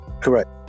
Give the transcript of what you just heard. correct